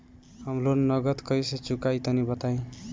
हम लोन नगद कइसे चूकाई तनि बताईं?